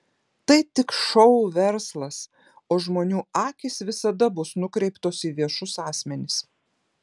tai tik šou verslas o žmonių akys visada bus nukreiptos į viešus asmenis